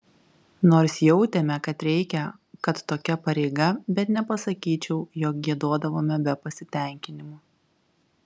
nors jautėme kad reikia kad tokia pareiga bet nepasakyčiau jog giedodavome be pasitenkinimo